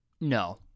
No